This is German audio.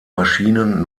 maschinen